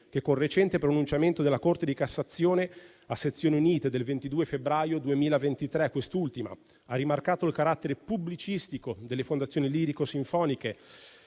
che, con recente pronunciamento della Corte di cassazione a sezioni unite del 22 febbraio 2023 quest'ultima ha rimarcato il carattere pubblicistico delle fondazioni lirico-sinfoniche